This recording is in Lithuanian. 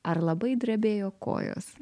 ar labai drebėjo kojos